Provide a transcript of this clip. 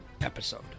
episode